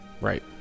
Right